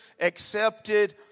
accepted